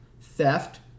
theft